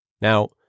Now